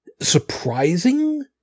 surprising